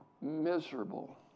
miserable